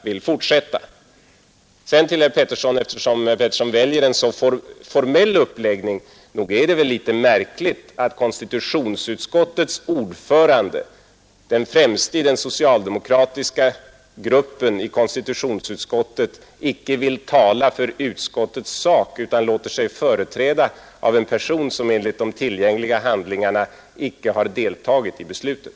Sedan några ord till herr Pettersson eftersom han väljer en så formell uppläggning. Nog är det väl litet märkligt att konstitutionsutskottets ordförande, den främste i den socialdemokratiska gruppen i konstitutionsutskottet, icke vill tala för utskottets sak utan låter sig företrädas av en person som enligt de tillgängliga handlingarna icke har deltagit i beslutet.